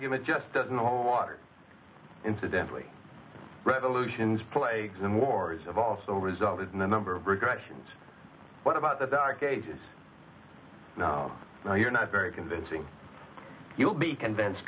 argument just doesn't hold water incidentally revolutions plagues and wars of also resulted in the number of regressions what about the dark ages no you're not very convincing you'll be convinced